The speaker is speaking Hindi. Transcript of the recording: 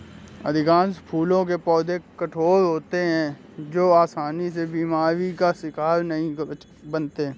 अधिकांश फूलों के पौधे कठोर होते हैं जो आसानी से बीमारी का शिकार नहीं बनते